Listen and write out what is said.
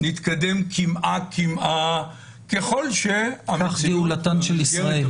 נתקדם קמעה קמעה -- כך גאולתן של ישראל.